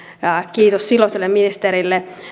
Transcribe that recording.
kiitos silloiselle ministerille